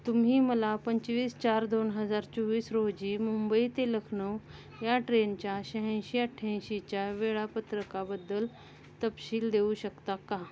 तुम्ही मला पंचवीस चार दोन हजार चोवीस रोजी मुंबई ते लखनऊ या ट्रेनच्या शहाऐंशी अठ्याऐंशीच्या वेळापत्रकाबद्दल तपशील देऊ शकता का